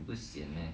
不行 and